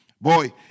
Boy